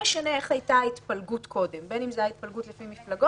ההסדר התקנוני שהעליתם לחוק הוא לא טוב,